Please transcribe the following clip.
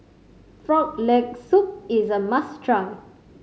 Frog Leg Soup is a must try